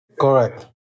Correct